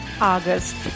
August